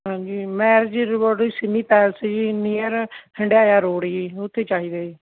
ਹਾਂਜੀ ਮੈਂ ਜੀ Simmi palace near Handiaya road ਜੀ ਉੱਥੇ ਚਾਹੀਦਾ ਜੀ